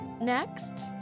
next